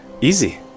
easy